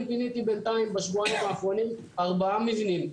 אני פיניתי בנתיים בשבועיים האחרונים ארבעה מבנים.